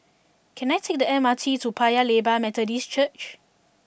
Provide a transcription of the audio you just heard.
can I take the M R T to Paya Lebar Methodist Church